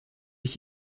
ich